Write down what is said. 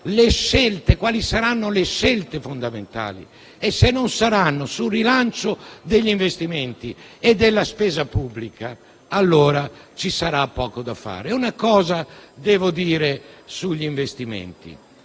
di bilancio le scelte fondamentali: se non saranno sul rilancio degli investimenti e della spesa pubblica, allora ci sarà poco da fare. Devo poi dire una cosa anche sugli investimenti.